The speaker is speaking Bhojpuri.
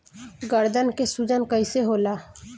गर्दन के सूजन कईसे होला?